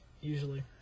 usually